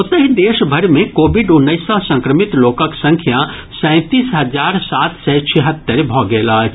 ओतहि देशभरि मे कोविड उन्नैस सँ संक्रमित लोकक संख्या सैंतीस हजार सात सय छिहत्तरि भऽ गेल अछि